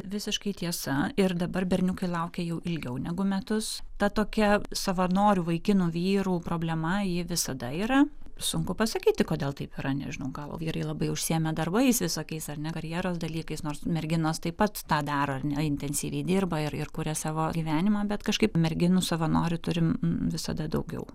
visiškai tiesa ir dabar berniukai laukia jau ilgiau negu metus tad tokia savanorių vaikinų vyrų problema ji visada yra sunku pasakyti kodėl taip yra nežinau gal vyrai labai užsiėmę darbais visokiais ar ne karjeros dalykais nors merginos taip pat tą daro ar ne intensyviai dirba ir kuria savo gyvenimą bet kažkaip merginų savanorių turim visada daugiau